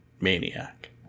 maniac